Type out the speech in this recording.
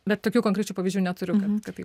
bet tokių konkrečių pavyzdžių neturiu kad kad taip